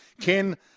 Ken